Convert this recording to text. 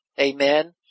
Amen